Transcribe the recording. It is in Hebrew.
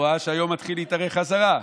והוא ראה שהיום מתחיל להתארך בחזרה,